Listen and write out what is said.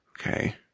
Okay